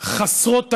חסרות תקדים.